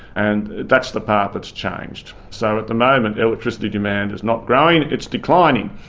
and that's the part that's changed. so at the moment, electricity demand is not growing, it's declining.